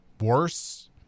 worse